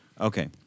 Okay